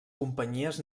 companyies